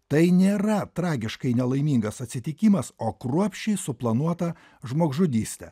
tai nėra tragiškai nelaimingas atsitikimas o kruopščiai suplanuota žmogžudystė